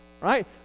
right